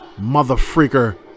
motherfreaker